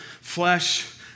flesh